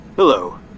Hello